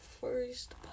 first